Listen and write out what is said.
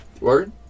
Word